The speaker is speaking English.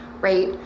Right